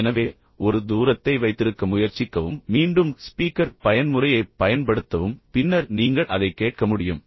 எனவே ஒரு தூரத்தை வைத்திருக்க முயற்சிக்கவும் மீண்டும் ஸ்பீக்கர் பயன்முறையைப் பயன்படுத்தவும் பின்னர் நீங்கள் அதைக் கேட்க முடியும்